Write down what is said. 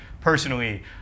personally